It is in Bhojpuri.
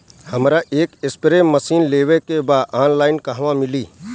हमरा एक स्प्रे मशीन लेवे के बा ऑनलाइन कहवा मिली?